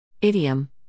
Idiom